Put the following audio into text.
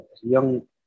young